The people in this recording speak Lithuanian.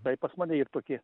taip pas mane yr tokie